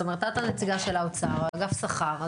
זאת אומרת, את הנציגה של האוצר, אגף שכר.